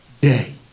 day